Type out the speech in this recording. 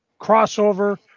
crossover